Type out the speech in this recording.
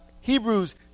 Hebrews